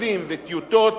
מכתבים וטיוטות,